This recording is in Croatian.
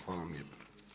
Hvala vam lijepo.